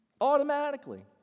Automatically